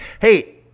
hey